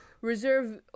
reserve